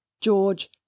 George